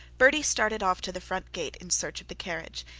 bertie started off to the front gate, in search of the carriage,